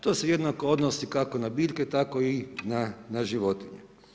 To se jednako odnosi kako na biljke, tako i na životinje.